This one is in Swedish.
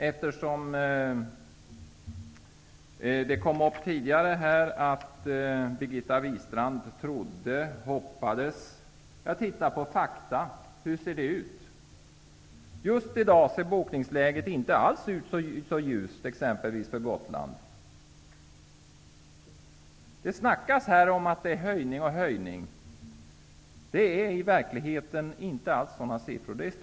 Birgitta Wistrand trodde och hoppades här tidigare. Jag har tittat på fakta och på hur det ser ut. Just i dag är bokningsläget inte alls särskilt ljust för Gotland. Det snackas här om olika höjningar. I verkligheten finns det inte alls sådana siffror.